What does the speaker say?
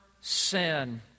sin